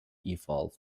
evolved